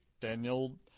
Daniel